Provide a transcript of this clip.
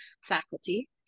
faculty